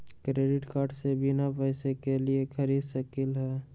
Credit card से बिना पैसे के ही खरीद सकली ह?